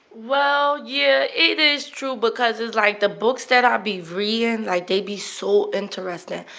well, yeah, it is true because it's like the books that i be reading, like, they'd be so interesting.